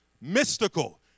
mystical